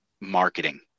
marketing